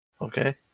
okay